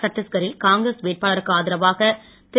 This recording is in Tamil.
சட்டீஸ்க ரில் காங்கிரஸ் வேட்பாளர்களக்கு ஆதரவாக திரு